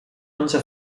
onze